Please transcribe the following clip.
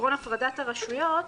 עקרון הפרדת הרשויות,